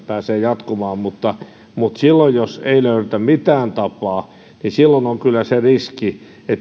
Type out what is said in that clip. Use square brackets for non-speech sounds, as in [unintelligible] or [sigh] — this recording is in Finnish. [unintelligible] pääsevät jatkumaan mutta mutta silloin jos ei löydetä mitään tapaa silloin on kyllä se riski että